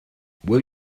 will